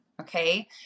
Okay